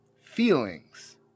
feelings